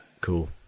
Cool